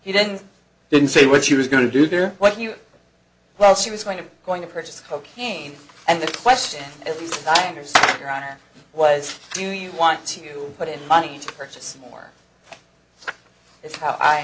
he didn't didn't say what she was going to do here what you well she was going to going to purchase cocaine and the question if i understood your honor was do you want to put in money to purchase more is how i